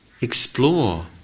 Explore